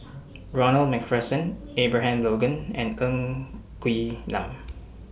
Ronald MacPherson Abraham Logan and Ng Quee Lam